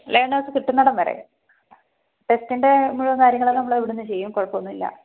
learners കിട്ടുന്നിടം വരെ ടെസ്റ്റിൻ്റെ മുഴുവൻ കാര്യങ്ങളും നമ്മൾ ഇവിടെ നിന്ന് ചെയ്യും കുഴപ്പമൊന്നും ഇല്ല